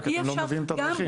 רק אתם לא מביאים את הדרכים.